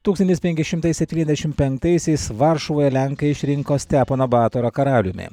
tūkstantis penki šimtai septyniasdešim penktaisiais varšuvoje lenkai išrinko steponą batorą karaliumi